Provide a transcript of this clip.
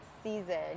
season